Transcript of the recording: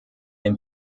den